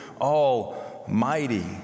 Almighty